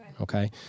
Okay